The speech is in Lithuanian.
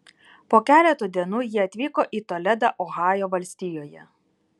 po keleto dienų jie atvyko į toledą ohajo valstijoje